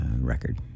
record